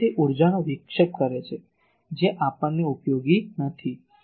કારણ કે તે ઉર્જાનો વિક્ષેપ કરે છે જે આપણને ઉપયોગી નથી